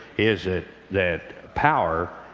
is ah that power,